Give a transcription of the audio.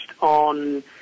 on